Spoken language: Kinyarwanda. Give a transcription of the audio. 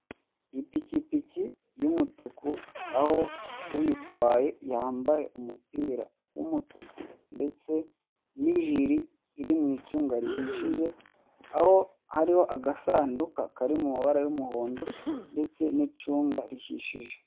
Ipikipiki y'umutuku aho uyitwaye yambaye umupira w'umutuku ndetse n'ijiri iri mu icunga rihishije, aho hariho agasanduka Kari mumabara y'umuhondo ndetse n'icunga rihishije.